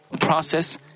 process